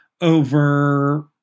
over